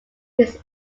this